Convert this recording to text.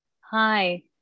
hi